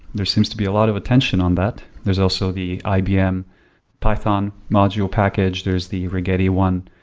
there seems to be a lot of attention on that. there's also the ibm python module package, there is the rigetti one,